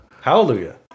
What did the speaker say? hallelujah